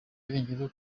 irengero